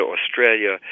Australia